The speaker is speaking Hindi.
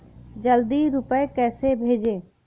जल्दी रूपए कैसे भेजें?